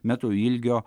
metrų ilgio